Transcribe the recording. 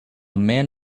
man